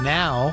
now